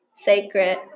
sacred